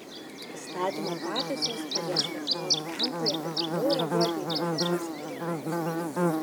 įstatymo pataisos padės lietuvos bankui efektyviau reaguoti į problemas rinkoje